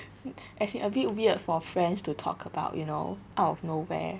as in a bit weird for friends to talk about you know out of nowhere